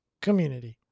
community